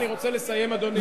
אני רוצה לסיים, אדוני.